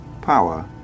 power